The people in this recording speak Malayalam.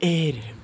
ഏഴ്